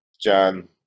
john